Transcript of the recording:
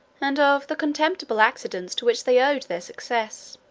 and of the contemptible accidents to which they owed their success.